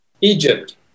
Egypt